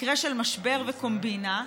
מקרה של משבר וקומבינה,